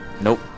Nope